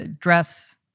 dress